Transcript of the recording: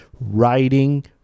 writing